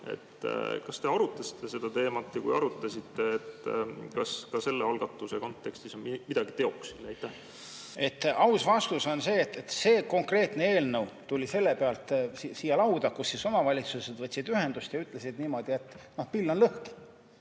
Kas te arutasite seda teemat ja kui arutasite, siis kas selle algatuse kontekstis on midagi teoksil? Aus vastus on see, et see konkreetne eelnõu tuli lauda sel põhjusel, et omavalitsused võtsid ühendust ja ütlesid, et pill on lõhki.